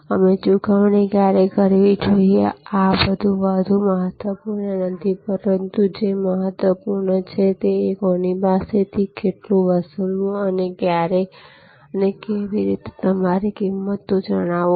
અને અમે ચૂકવણી ક્યારે કરવી જોઈએ જ્યાં આ વધુ મહત્વપૂર્ણ નથી પરંતુ જે મહત્વપૂર્ણ છે તે એ છે કે કોની પાસેથી કેટલું વસૂલવું અને ક્યારે અને કેવી રીતે તમે તમારી કિંમતો જણાવો